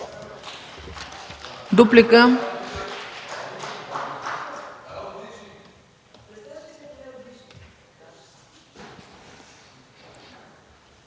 Дуплика